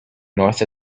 north